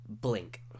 Blink